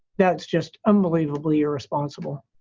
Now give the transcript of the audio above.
that's just unbelievably irresponsible.